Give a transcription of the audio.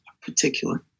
particular